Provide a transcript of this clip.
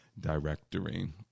Directory